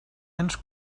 ens